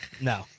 No